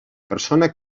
persona